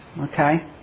okay